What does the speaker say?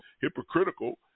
hypocritical